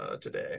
today